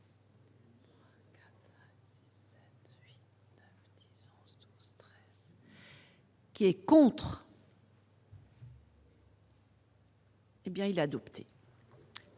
Qui est contre. Eh bien, il a adopté.